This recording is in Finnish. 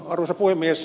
arvoisa puhemies